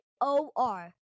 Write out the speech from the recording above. O-R